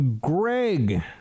Greg